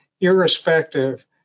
irrespective